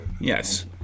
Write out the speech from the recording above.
Yes